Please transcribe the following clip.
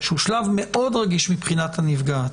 שהוא שלב מאוד רגיש מבחינת הנפגעת.